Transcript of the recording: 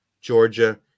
Georgia